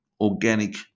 organic